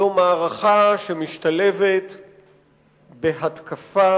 זו מערכה שמשתלבת בהתקפה